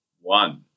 one